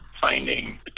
Finding